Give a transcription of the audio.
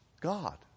God